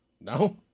No